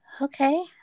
okay